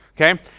okay